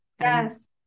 Yes